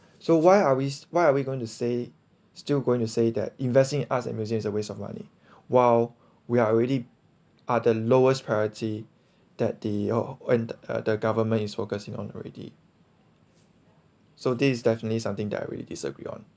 so why are we why are we going to say still going to say that investing arts and museum is a waste of money while we are already are the lowest priority that the or and uh the government is focusing on already so this definitely something that I really disagree on